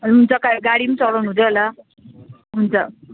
हुन्छ गाडी पनि चलाउनु हुँदै होला हुन्छ